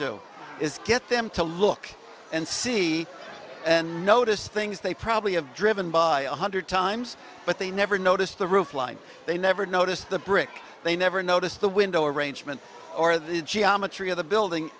do is get them to look and see and notice things they probably have driven by a hundred times but they never noticed the roofline they never noticed the brick they never noticed the window arrangement or the geometry of the building